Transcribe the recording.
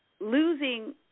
losing